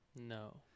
no